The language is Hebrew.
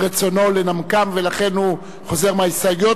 מרצונו לנמקן, ולכן הוא חוזר בו מההסתייגויות.